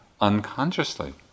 unconsciously